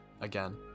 again